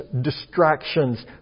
distractions